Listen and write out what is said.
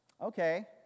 okay